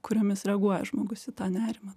kuriomis reaguoja žmogus į tą nerimą